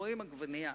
רואים עגבנייה,